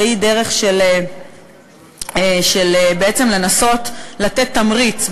והיא דרך של בעצם לנסות לתת תמריץ,